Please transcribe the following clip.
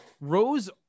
Rose